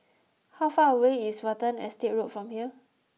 how far away is Watten Estate Road from here